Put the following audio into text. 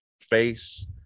face